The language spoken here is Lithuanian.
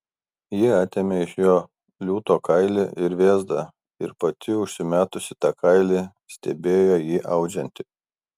ji atėmė iš jo liūto kailį ir vėzdą ir pati užsimetusi tą kailį stebėjo jį audžiantį